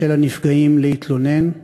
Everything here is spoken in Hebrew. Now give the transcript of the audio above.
של הנפגעים להתלונן.